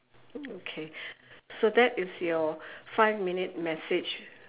okay so that is your five minute message